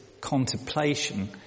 contemplation